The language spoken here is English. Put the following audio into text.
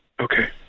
Okay